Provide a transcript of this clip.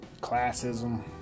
classism